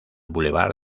bulevar